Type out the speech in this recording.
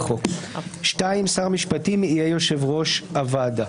(2)שר המשפטים יהיה יושב ראש הוועדה.